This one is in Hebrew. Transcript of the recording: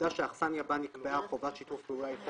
העובדה שהאכסניה בה נקבעה חובת שיתוף פעולה היא חוק